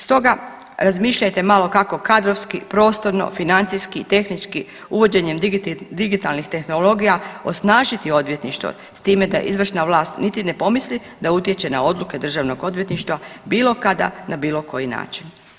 Stoga razmišljajte malo kako kadrovski, prostorno, financijski, tehnički, uvođenjem digitalnih tehnologija osnažiti odvjetništvo s time da izvršna vlast niti ne pomisli da utječe na odluke Državnog odvjetništva bilo kada na bilo koji način.